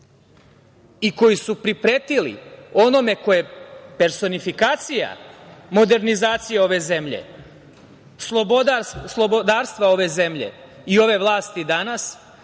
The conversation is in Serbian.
i koji su pripretili onome ko je personifikacija modernizacije ove zemlje, slobodarstva ove zemlje i ove vlasti danas,